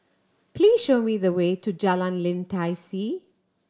please show me the way to Jalan Lim Tai See